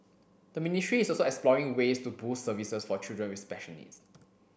the ministry is also exploring ways to boost services for children with special needs